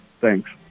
Thanks